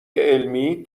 علمی